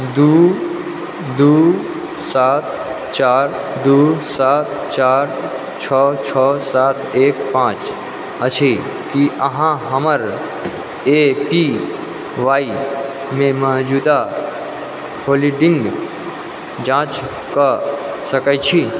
दू दू सात चारि दू सात चारि छओ छओ सात एक पाँच अछि कि अहाँ हमर ए पी वाइमे मौजूदा होल्डिंग जाँच कऽ सकैत छी